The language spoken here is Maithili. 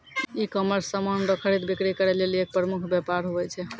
ईकामर्स समान रो खरीद बिक्री करै लेली एक प्रमुख वेपार हुवै छै